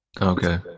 Okay